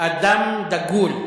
אדם דגול,